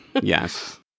yes